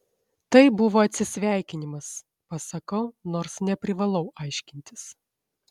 tai buvo atsisveikinimas pasakau nors neprivalau aiškintis